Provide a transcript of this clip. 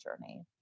journey